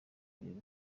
kureba